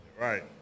Right